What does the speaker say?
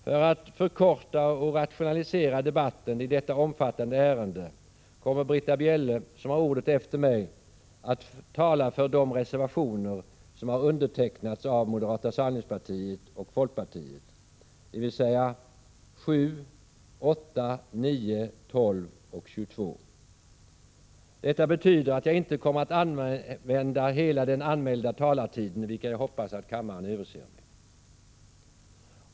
För att förkorta och rationalisera debatten i detta omfattande ärende kommer Britta Bjelle, som har ordet efter mig, att tala för de reservationer som har undertecknats av moderata samlingspartiet och folkpartiet, dvs. 7,8, 9 9, 12 och 22. Detta betyder att jag inte kommer att använda hela den anmälda talartiden, vilket jag hoppas att kammaren överser med.